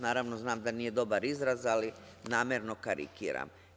Naravno, znam da nije dobar izraz, ali namerno karikiram.